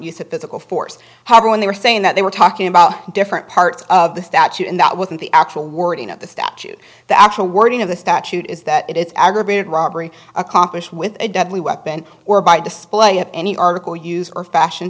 use of physical force however when they were saying that they were talking about different parts of the statute and that wasn't the actual wording of the statute the actual wording of the statute is that it's aggravated robbery accomplished with a deadly weapon or by display of any article use or fashion